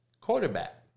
Quarterback